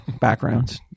backgrounds